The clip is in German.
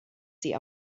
sie